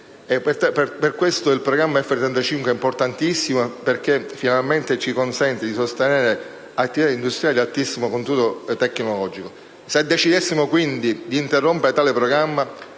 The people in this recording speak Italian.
Il programma F-35 è importantissimo perché, finalmente, ci consente di sostenere attività industriali di altissimo contenuto tecnologico. Se decidessimo di interrompere tale programma,